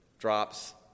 Drops